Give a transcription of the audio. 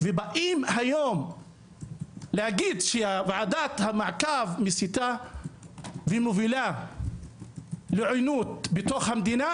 ובאים היום להגיד שוועדת המעקב מסיתה ומובילה לעוינות בתוך המדינה,